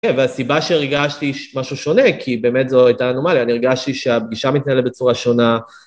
כן, והסיבה שהרגשתי משהו שונה, כי באמת זו הייתה אנומליה, אני הרגשתי שהפגישה מתנהלת בצורה שונה.